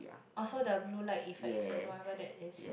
or so the blue light effects and whatever that is